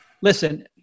listen